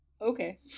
okay